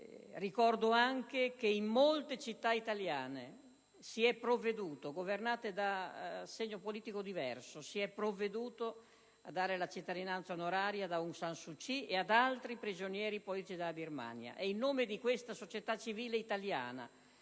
Ricordo anche che in molte città italiane, governate da segno politico diverso, si è provveduto a dare la cittadinanza onoraria ad Aung San Suu Kyi e ad altri prigionieri politici della Birmania. È in nome di questa società civile italiana,